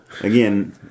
Again